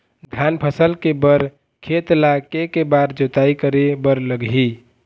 धान फसल के बर खेत ला के के बार जोताई करे बर लगही?